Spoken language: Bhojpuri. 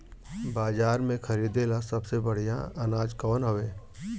बाजार में खरदे ला सबसे बढ़ियां अनाज कवन हवे?